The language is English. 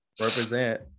Represent